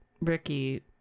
Ricky